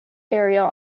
area